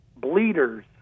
bleeders